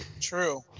True